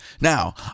Now